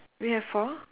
we have four